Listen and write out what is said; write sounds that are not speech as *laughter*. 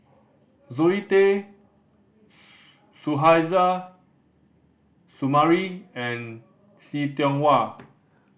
Zoe Tay *hesitation* Suzairhe Sumari and See Tiong Wah